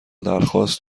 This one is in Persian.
درخواست